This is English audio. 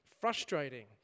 frustrating